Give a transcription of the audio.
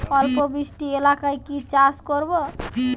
অল্প বৃষ্টি এলাকায় কি চাষ করব?